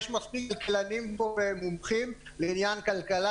יש מספיק כלכלנים פה ומומחים לעניין כלכלה,